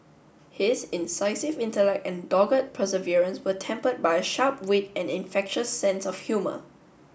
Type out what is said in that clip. his incisive intellect and dogged perseverance were tempered by a sharp wit and infectious sense of humour